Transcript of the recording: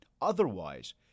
Otherwise